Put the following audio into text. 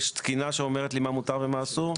יש תקינה שאומרת לי מה מותר ומה אסור?